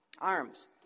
arms